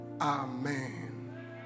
amen